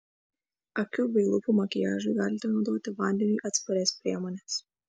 akių bei lūpų makiažui galite naudoti vandeniui atsparias priemones